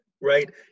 right